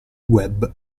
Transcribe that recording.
web